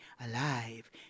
alive